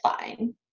fine